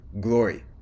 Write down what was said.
glory